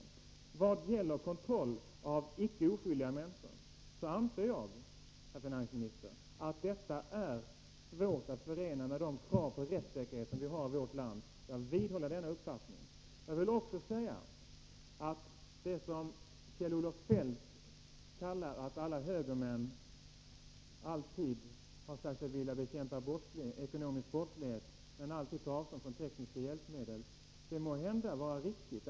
I vad gäller kontroll av icke oskyldiga människor anser jag, herr finansminister, att sådan kontroll”är svår att förena med de krav på rättssäkerhet som vi har i vårt land. Jag vidhåller denna uppfattning. Jag vill också säga att Kjell-Olof Feldts påstående, att alla högermän alltid har sagt sig vilja bekämpa ekonomisk brottslighet men alltid tagit avstånd från tekniska hjälpmedel, måhända är riktigt.